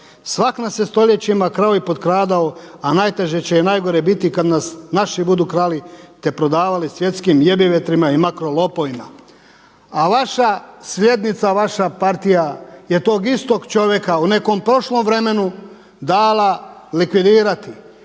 Svak nas je stoljećima krao i potkradao, a najteže će i najgore biti kada nas naši budu krali te prodavali svjetskim jebivjetrima i makrolopovima.“ A vaša sljednica, vaša partija je tog istog čovjeka u nekom prošlom vremenu dala likvidirati,